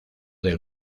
del